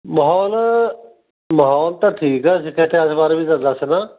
ਮਾਹੌਲ ਮਾਹੌਲ ਤਾਂ ਠੀਕ ਆ ਸਿੱਖ ਇਤਿਹਾਸ ਬਾਰੇ ਵੀ ਤਾਂ ਦੱਸਣਾ